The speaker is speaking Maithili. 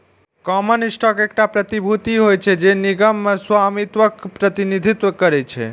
कॉमन स्टॉक एकटा प्रतिभूति होइ छै, जे निगम मे स्वामित्वक प्रतिनिधित्व करै छै